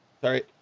sorry